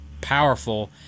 powerful